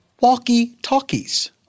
walkie-talkies